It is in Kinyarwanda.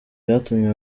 byatumye